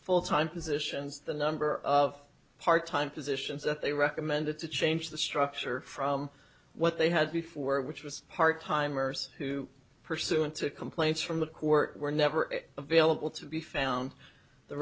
full time positions the number of part time positions that they recommended to change the structure from what they had before which was part timers who pursuant to complaints from the court were never available to be found the